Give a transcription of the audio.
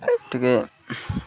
ଟିକେ